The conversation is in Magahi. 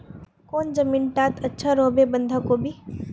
कौन जमीन टत अच्छा रोहबे बंधाकोबी?